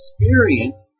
experience